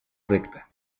recta